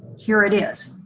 here it is.